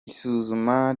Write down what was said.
isuzuma